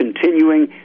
continuing